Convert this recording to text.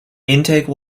intake